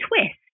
twist